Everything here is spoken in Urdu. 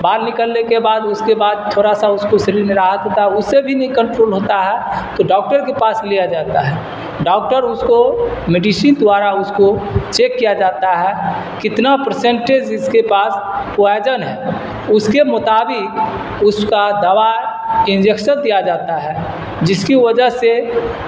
بال نکلنے کے بعد اس کے بعد تھوڑا سا اس کو شریر میں راحت ہوتا ہے اس سے بھی نہیں کنٹرول ہوتا ہے تو ڈاکٹر کے پاس لیا جاتا ہے ڈاکٹر اس کو میڈیشین دوارا اس کو چیک کیا جاتا ہے کتنا پرسینٹیز اس کے پاس پوائجن ہے اس کے مطابق اس کا دوا انجیکسن دیا جاتا ہے جس کی وجہ سے